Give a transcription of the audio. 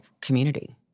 community